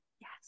Yes